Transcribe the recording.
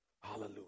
Hallelujah